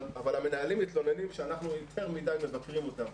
אבל המנהלים מתלוננים שאנחנו יותר מדי מבקרים אותם.